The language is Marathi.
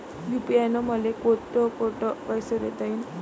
यू.पी.आय न मले कोठ कोठ पैसे देता येईन?